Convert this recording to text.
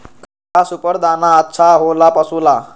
का सुपर दाना अच्छा हो ला पशु ला?